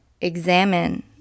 examine